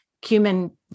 cumin